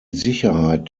sicherheit